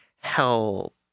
Help